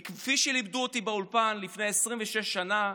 כי כפי שלימדו אותי באולפן לפני 26 שנה